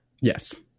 yes